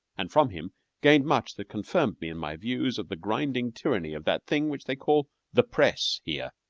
and from him gained much that confirmed me in my views of the grinding tyranny of that thing which they call the press here.